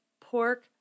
pork